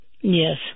Yes